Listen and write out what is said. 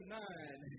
nine